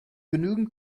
genügend